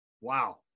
Wow